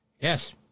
Yes